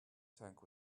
tank